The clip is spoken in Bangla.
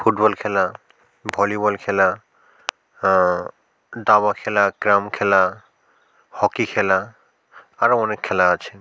ফুটবল খেলা ভলিবল খেলা দাবা খেলা ক্যারাম খেলা হকি খেলা আরও অনেক খেলা আছে